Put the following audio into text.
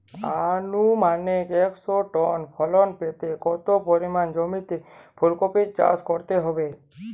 আনুমানিক একশো টন ফলন পেতে কত পরিমাণ জমিতে ফুলকপির চাষ করতে হবে?